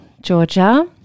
Georgia